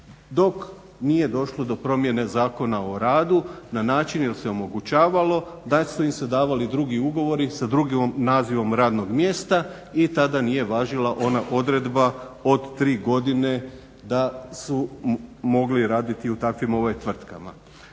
dok nije došlo do promjene Zakona o radu na način da se omogućavalo da su im se davali drugi ugovori sa drugim nazivom radnog mjesta i tada nije važila ona odredba od tri godine da su mogli raditi u takvim tvrtkama.